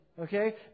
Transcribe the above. Okay